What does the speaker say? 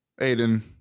aiden